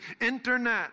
internet